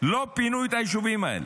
לא פינו את היישובים האלה.